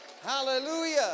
Hallelujah